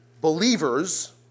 believers